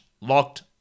locked